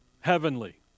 heavenly